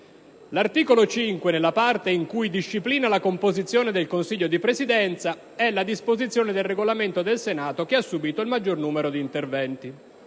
«L'articolo 5, nella parte in cui disciplina la composizione del Consiglio di Presidenza, é la disposizione del Regolamento del Senato che ha subito il maggior numero di interventi.